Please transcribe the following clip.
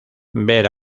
ver